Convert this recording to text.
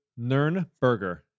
Nernberger